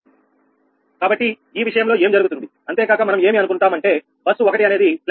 కాబట్టి ఈ విషయంలో ఏం జరుగుతుంది అంతేకాక మనం ఏమి అనుకుంటాం అంటే బస్సు 1 అనేది స్లాక్ బస్